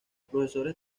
profesores